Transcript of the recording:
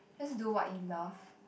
just do what you love